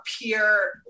appear